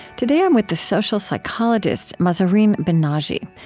today, i'm with the social psychologist mahzarin banaji.